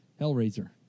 Hellraiser